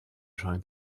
trying